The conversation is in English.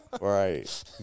right